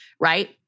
right